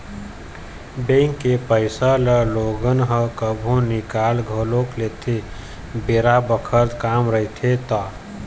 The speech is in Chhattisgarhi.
बेंक के पइसा ल लोगन ह कभु निकाल घलोक लेथे बेरा बखत काम रहिथे ता